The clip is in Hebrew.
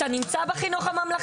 אתה נמצא בחינוך הממלכתי?